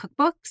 cookbooks